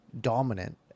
dominant